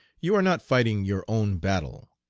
you are not fighting your own battle,